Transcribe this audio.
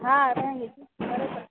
हाँ रहेंगे जी घर पर